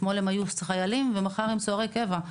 אתמול הם היו חיילים ומחר הם סוהרי קבע.